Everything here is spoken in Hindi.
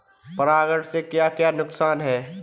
परागण से क्या क्या नुकसान हैं?